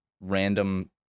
random